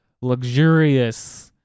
luxurious